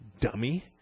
dummy